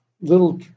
little